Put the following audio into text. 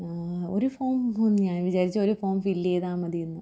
ഒരു ഫോം ഞാൻ വിചാരിച്ചു ഒരു ഫോം ഫില്ലേയ്താല് മതി എന്ന്